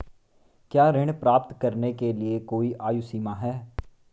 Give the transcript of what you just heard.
क्या ऋण प्राप्त करने के लिए कोई आयु सीमा है?